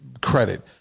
Credit